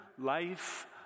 life